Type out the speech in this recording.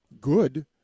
good